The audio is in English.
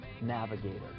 navigator